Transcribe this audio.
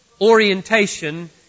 orientation